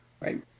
Right